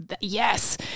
yes